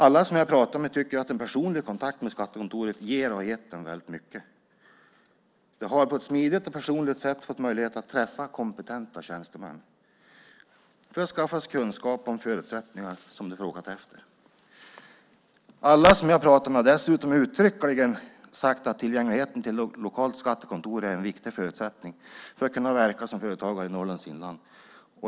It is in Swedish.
Alla som jag pratat med tycker att den personliga kontakten med skattekontoret ger, och har gett, dem väldigt mycket. På ett smidigt och personligt sätt har de fått möjlighet att träffa kompetenta tjänstemän för att skaffa sig kunskaper om de förutsättningar som de frågat efter. Alla som jag pratat med har dessutom uttryckligen sagt att tillgängligheten till det lokala skattekontoret är en viktig förutsättning för att kunna verka som företagare i Norrlands inland.